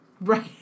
Right